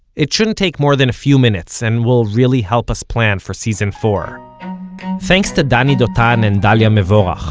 it shouldn't take more than a few minutes, and will really help us plan for season four thanks to dani dotan and dalia mevorach,